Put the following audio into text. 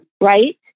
right